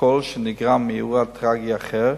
שנגרם מאירוע טרגי אחר,